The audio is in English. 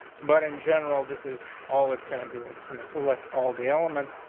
but in general this is all it's gonna do. it's going to select all the elements,